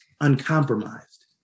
uncompromised